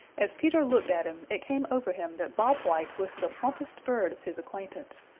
as peter looked at him it came over him that bob white was the plumpest bird of his acquaintance.